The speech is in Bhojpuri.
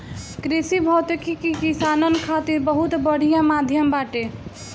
कृषि भौतिकी किसानन खातिर बहुत बढ़िया माध्यम बाटे